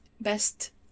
best